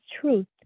truth